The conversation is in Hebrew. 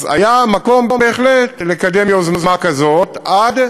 אז היה מקום בהחלט לקדם יוזמה כזאת עד